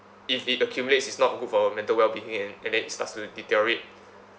if it accumulates it's not good for our mental well-being and and then it starts to deteriorate